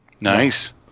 Nice